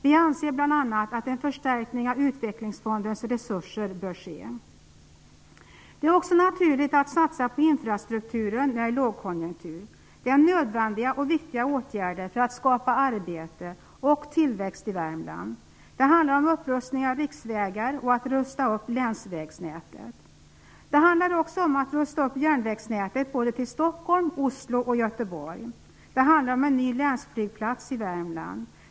Vi anser bl.a. att en förstärkning av Utvecklingsfondens resurser bör ske. Det är naturligt att satsa på infrastrukturen när det är lågkonjunktur. Det är nödvändiga och viktiga åtgärder för att skapa arbete och tillväxt i Värmland. Det handlar om upprustning av riksvägar och länsvägnät. Det handlar också om att rusta upp järnvägsnätet till Stockholm, Oslo och Göteborg. Det handlar om en ny länsflygplats i Värmland.